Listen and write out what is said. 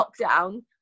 lockdown